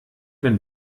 wenn